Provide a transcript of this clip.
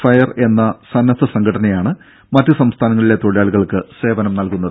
fire എന്ന സന്നദ്ധ സംഘടനയാണ് മറ്റ് സംസ്ഥാനങ്ങളിലെ തൊഴിലാളികൾക്ക് സേവനം നൽകുന്നത്